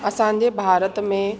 असांजे भारत में